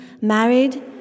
married